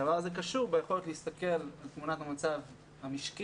הדבר הזה קשור ביכולת להסתכל על תמונת המצב המשקית.